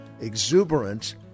exuberant